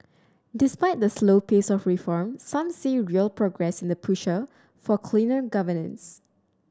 despite the slow pace of reform some see real progress in the push a for cleaner governance